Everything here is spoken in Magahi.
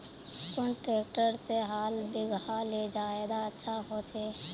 कुन ट्रैक्टर से हाल बिगहा ले ज्यादा अच्छा होचए?